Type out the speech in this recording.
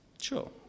Sure